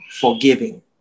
forgiving